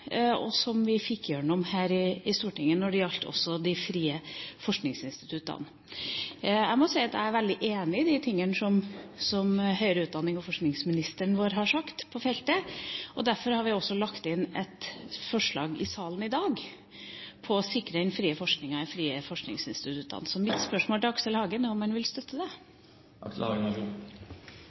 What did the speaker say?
og som vi fikk igjennom her i Stortinget. Det gjaldt de frie forskningsinstituttene. Jeg må si at jeg er veldig enig i det som høyere utdannings- og forskningsministeren vår har sagt på feltet. Derfor har vi også lagt inn et forslag i salen i dag for å sikre den frie forskningen og de frie forskningsinstituttene. Så mitt spørsmål til Aksel Hagen er om han vil støtte det.